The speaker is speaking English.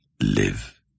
Live